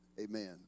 Amen